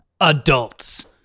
adults